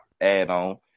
add-on